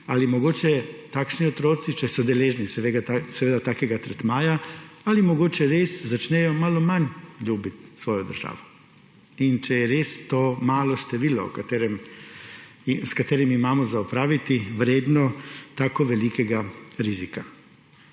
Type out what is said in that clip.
ali mogoče takšni otroci, če so deležni seveda takega tretmaja, res začnejo malo manj ljubiti svojo državo in če je res to malo število, s katerim imamo za opraviti, vredno tako velikega rizika.